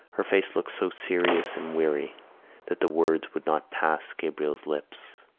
her face looked so serious and weary that the words would not pass gabriel's lips.